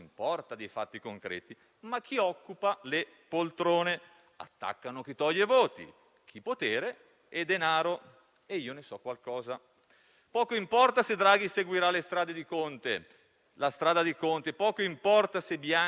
Poco importa se Draghi seguirà la strada di Conte; poco importa se Bianchi porterà avanti il lavoro della Azzolina; poco importa se la medesima proposta di prolungare l'anno scolastico veniva prima derisa ed attaccata se a farla